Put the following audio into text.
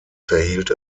verhielt